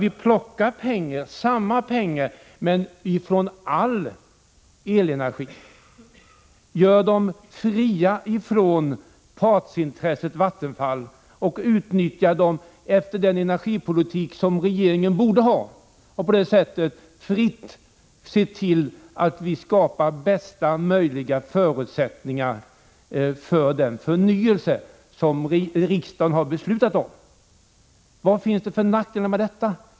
Vi plockar samma pengar men från all elenergi. Vi gör dem fria från partsintresset Vattenfall och utnyttjar dem efter den energipolitik som regeringen borde föra. På det sättet kan vi fritt se till att skapa bästa möjliga förutsättningar för den förnyelse som riksdagen har beslutat om. Vad finns det för nackdelar med detta?